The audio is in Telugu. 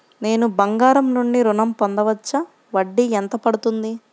నేను బంగారం నుండి ఋణం పొందవచ్చా? వడ్డీ ఎంత పడుతుంది?